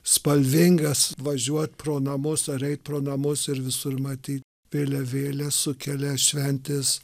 spalvingas važiuot pro namus ar eit pro namus ir visur matyt vėliavėles sukelia šventės